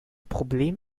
problem